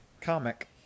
comic